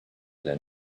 their